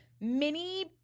mini